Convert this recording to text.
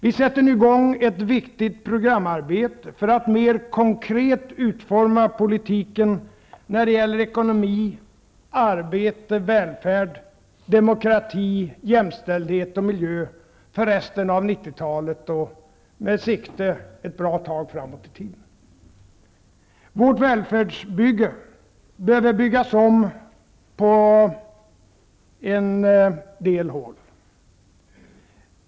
Vi sätter nu i gång ett viktigt programarbete för att mer konkret utforma politiken, när det gäller ekonomi, arbete, välfärd, demokrati och jämställdhet samt miljö för resten av 90-talet och med sikte ett bra tag framåt i tiden. Vårt välfärdsbygge behöver byggas om på en del håll.